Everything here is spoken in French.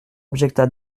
objecta